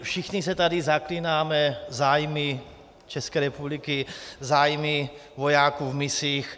Všichni se tady zaklínáme zájmy České republiky, zájmy vojáků v misích.